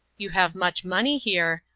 you have much money here,